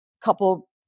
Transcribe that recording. couple